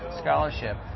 scholarship